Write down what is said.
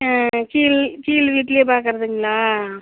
ஆ கீழ் கீழ் வீட்டிலே பார்க்கறதுங்களா